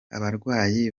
abarwayi